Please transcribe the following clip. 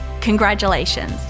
congratulations